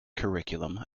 curriculum